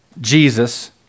Jesus